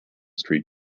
street